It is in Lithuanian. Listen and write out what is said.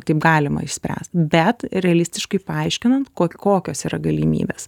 taip galima išspręst bet realistiškai paaiškinant ko kokios yra galimybės